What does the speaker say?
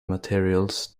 materials